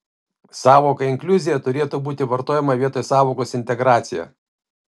sąvoka inkliuzija turėtų būti vartojama vietoj sąvokos integracija